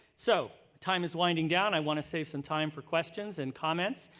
so, time is winding down. i want to save some time for questions and comments.